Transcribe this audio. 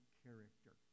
character